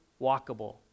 walkable